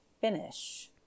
finish